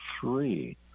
three